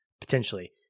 potentially